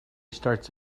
starts